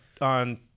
on